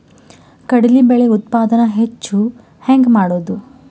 ಕಡಲಿ ಬೇಳೆ ಉತ್ಪಾದನ ಹೆಚ್ಚು ಹೆಂಗ ಮಾಡೊದು?